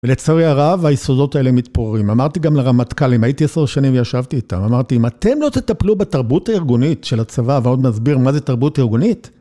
ולצערי הרב, היסודות האלה מתפוררים. אמרתי גם לרמטכ"ל, אם הייתי עשר שנים וישבתי איתם, אמרתי, אם אתם לא תטפלו בתרבות הארגונית של הצבא, ועוד מסביר מה זה תרבות ארגונית,